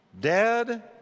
Dead